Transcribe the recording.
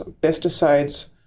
pesticides